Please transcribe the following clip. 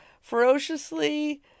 ferociously